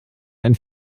einen